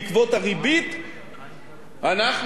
אנחנו מקווים לגבות מאותן חברות